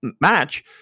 match